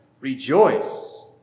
Rejoice